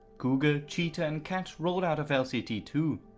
cougar, cheetah and cat, rolled out of l c t two.